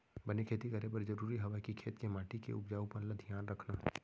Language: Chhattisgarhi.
बने खेती करे बर जरूरी हवय कि खेत के माटी के उपजाऊपन ल धियान रखना